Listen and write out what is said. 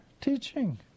teaching